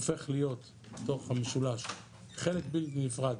הופך להיות בתוך המשולש חלק בלתי נפרד